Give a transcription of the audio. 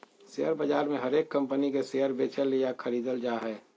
share बाजार मे हरेक कम्पनी के शेयर बेचल या खरीदल जा हय